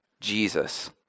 Jesus